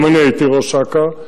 גם אני הייתי ראש אכ"א,